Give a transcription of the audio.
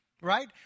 right